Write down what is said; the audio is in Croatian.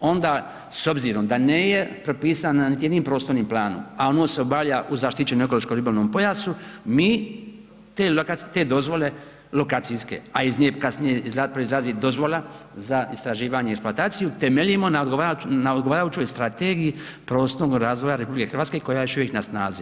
onda s obzirom da nije propisana niti jednim prostornim planom, a ono se obavlja u zaštićenom ekološko-ribolovnom pojasu mi te dozvole lokacijske a iz nje kasnije proizlazi dozvola za istraživanje i eksploataciju temeljimo na odgovarajućoj strategiji prostornog razvoja Republike Hrvatske koja je još uvijek na snazi.